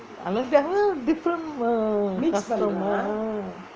ah different